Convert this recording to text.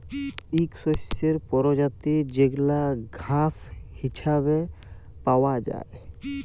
ইক শস্যের পরজাতি যেগলা ঘাঁস হিছাবে পাউয়া যায়